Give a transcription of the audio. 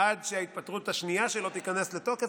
עד שההתפטרות השנייה שלו תיכנס לתוקף,